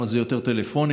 ששם זה יותר טלפונים,